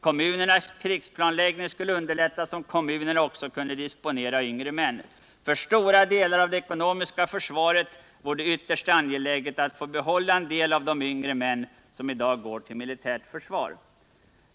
Kommunernas krigsplanläggning skulle underlättas om kommunerna också fick disponera yngre män. För stora delar av det ekonomiska försvaret vore det ytterst angeläget att få behålla en del av de yngre män, som i dag går till militärt försvar.